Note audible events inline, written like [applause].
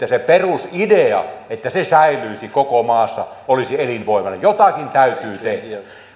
[unintelligible] se perusidea että se säilyisi koko maassa olisi elinvoimainen jotakin täytyy tehdä